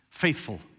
faithful